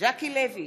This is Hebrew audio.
ז'קי לוי,